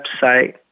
website